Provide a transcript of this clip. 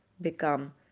become